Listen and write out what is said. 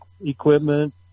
equipment